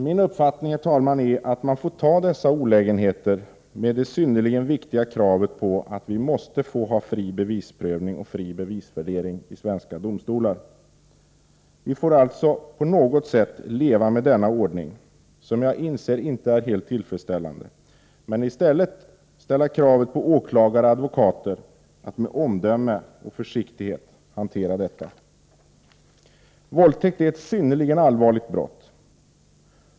Min uppfattning, herr talman, är att man får acceptera dessa olägenheter med det synnerligen viktiga kravet att vi måste få ha fri bevisprövning och fri bevisvärdering i svenska domstolar. Vi får alltså på något sätt leva med denna ordning, som jag inser inte är helt tillfredsställande, men i stället ställa kravet på åklagare och advokater att med omdöme och försiktighet hantera detta. Våldtäkt är ett synnerligen allvarligt brott.